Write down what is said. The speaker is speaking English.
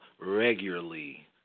regularly